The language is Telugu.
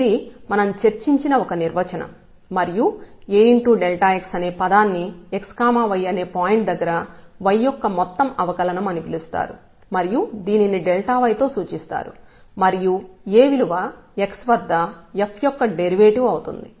ఇది మనం చర్చించిన ఒక నిర్వచనం మరియు Ax అనే పదాన్ని xy అనే పాయింట్ దగ్గర y యొక్క మొత్తం అవకలనం అని పిలుస్తారు మరియు దీనిని y తో సూచిస్తారు మరియు A విలువ x వద్ద f యొక్క డెరివేటివ్ అవుతుంది